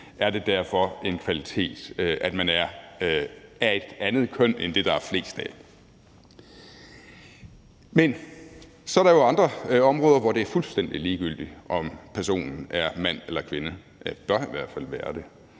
er det derfor en kvalitet, at man er af et andet køn end det, der er flest af. Men så er der jo andre områder, hvor det er fuldstændig ligegyldigt, om personen er mand eller kvinde – bør i hvert fald være det.